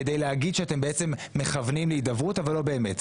כדי להגיד שאתם בעצם מכוונים להידברות אבל לא באמת.